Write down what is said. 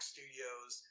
Studios